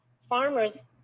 Farmers